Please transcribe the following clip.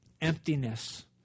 emptiness